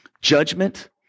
judgment